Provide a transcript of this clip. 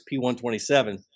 p127